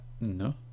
no